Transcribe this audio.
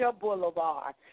Boulevard